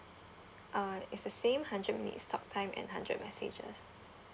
uh it's the same hundred minutes talk time and hundred messages